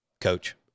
coach